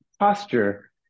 posture